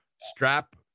strap